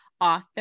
author